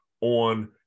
on